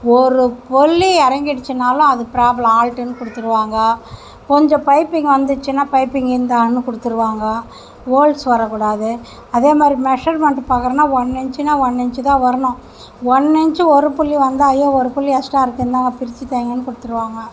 ஒரு புள்ளி இறங்கிடுச்சினாலும் அது ப்ராப்ளம் ஆல்ட்டுனு கொடுத்துருவாங்க கொஞ்சம் பைப்பிங் வந்துச்சுனா பைப்பிங் இந்தானு கொடுத்துருவாங்க ஹோல்ஸ் வர கூடாது அதேமாதிரி மெஷர்மன்ட் பாக்கிறோம்னா ஒன் இன்ச்சுனா ஒன் இன்ச் தான் வரணும் ஒன் இன்ச் ஒரு புள்ளி வந்தால் ஒரு புள்ளி எக்ஸ்ட்ரா இருக்கு இந்தாங்க பிரித்து தையுங்கனு குடுத்துடுவாங்க